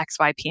XYPN